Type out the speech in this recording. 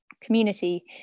community